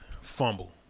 Fumble